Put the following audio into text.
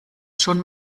schon